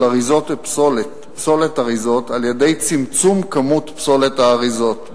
אריזות ופסולת אריזות על-ידי צמצום כמות פסולת האריזות,